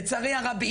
לצערי הרב,